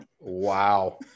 Wow